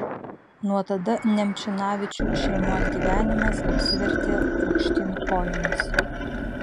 nuo tada nemčinavičių šeimos gyvenimas apsivertė aukštyn kojomis